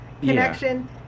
connection